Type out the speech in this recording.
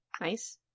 Nice